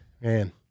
man